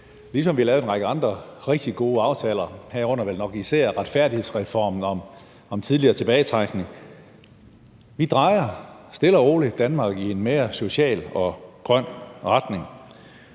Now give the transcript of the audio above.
ligesom vi har lavet en række andre rigtig gode aftaler, herunder vel nok især retfærdighedsreformen om tidligere tilbagetrækning. Vi drejer stille og roligt Danmark i en mere social og grøn retning.